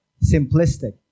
simplistic